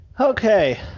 okay